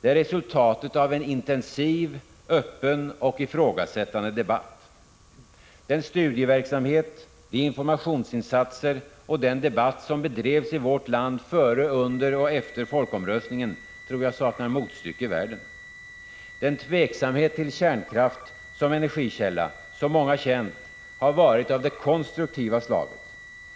Det är resultatet av en intensiv, öppen och ifrågasättande debatt. Den studieverksamhet, de informationsinsatser och den debatt som bedrevs i vårt land före, under och efter folkomröstningen tror jag saknar motstycke i världen. Den tveksamhet till kärnkraft som energikälla som många känt har varit av det konstruktiva slaget.